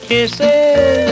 kisses